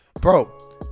bro